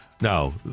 Now